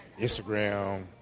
Instagram